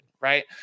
right